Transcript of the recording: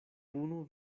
punu